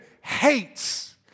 hates